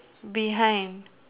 behind